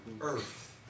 Earth